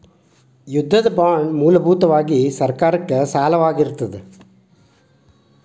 ಯುದ್ಧದ ಬಾಂಡ್ ಮೂಲಭೂತವಾಗಿ ಸರ್ಕಾರಕ್ಕೆ ಸಾಲವಾಗಿರತ್ತ